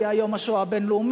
היה יום השואה הבין-לאומי,